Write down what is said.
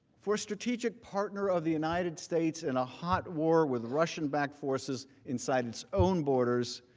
for a strategic partner of the united states and a hot war with russian back forces inside its own borders,